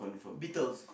beetles